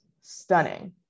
stunning